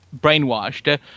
brainwashed